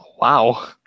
Wow